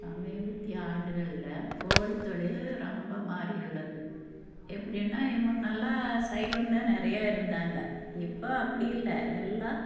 சமீபத்திய ஆண்டுகளில் கோழித் தொழில் ரொம்ப மாறியுள்ளது எப்படின்னா இம்புட்டு நாளாக சைவம்தான் நிறையா இருந்தாங்க இப்போ அப்படி இல்லை எல்லாம்